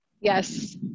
yes